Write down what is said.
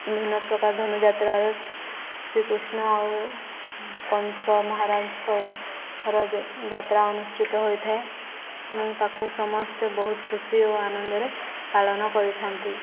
ବିଭିନ୍ନ ପ୍ରକାର ଧନୁ ଯାତ୍ରାରେ ଶ୍ରୀକୃଷ୍ଣ ଆଉ କଂସ ମହାରାଜଙ୍କର ଯାତ୍ରା ଅନୁଷ୍ଠିତ ହୋଇଥାଏ ଏବଂ ତାକୁ ସମସ୍ତେ ବହୁତ ଖୁସି ଓ ଆନନ୍ଦରେ ପାଳନ କରିଥାନ୍ତି